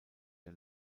der